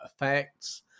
effects